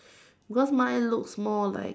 because mine looks more like